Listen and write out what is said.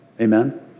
Amen